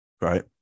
right